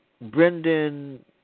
Brendan